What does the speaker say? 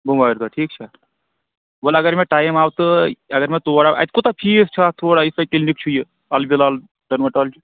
بوموارِ دۄہ ٹھیٖک چھا وَل اگر مےٚ ٹایم آو تہٕ اگر مےٚ تور آو اَتہِ کوٗتاہ فیٖس چھُ اَتھ تھوڑا یِتھ کِلنِک چھُ یہِ البِلال ڈرمِٹالجی